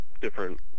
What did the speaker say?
different